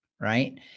right